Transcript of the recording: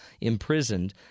imprisoned